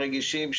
הרגישים,